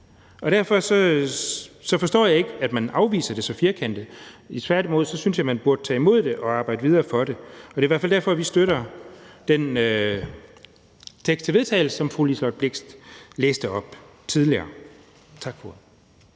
Derfor forstår jeg ikke, at man afviser det så firkantet. Tværtimod synes jeg, at man burde tage imod det og arbejde videre for det. Det er i hvert fald derfor, at vi støtter den tekst til vedtagelse, som fru Liselott Blixt læste op tidligere. Tak for